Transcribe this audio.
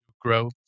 grow